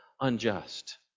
unjust